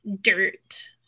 dirt